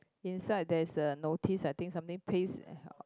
inside there is the notice I think something paste